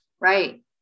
Right